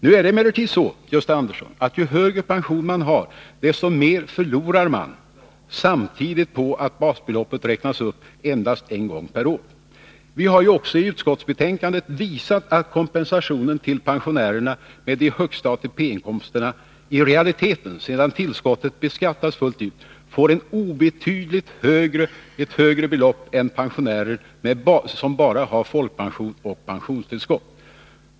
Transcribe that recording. Nu är det emellertid så, Gösta Andersson, att ju högre pension man har, desto mer förlorar man samtidigt på att basbeloppet räknas upp endast en gång per år. Vi har också i utskottsbetänkandet visat att kompensationen till pensionärerna med de hösta ATP-inkomsterna i realiteten — sedan tillskottet beskattats fullt ut — blir obetydligt högre än för pensionärer som bara har folkpension och pensionstillskott.